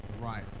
Right